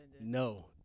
No